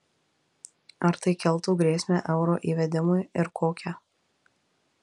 ar tai keltų grėsmę euro įvedimui ir kokią